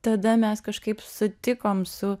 tada mes kažkaip sutikom su